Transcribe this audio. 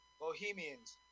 Bohemians